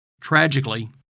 Tragically